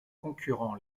concurrents